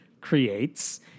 creates